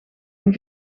een